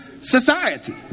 society